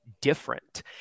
different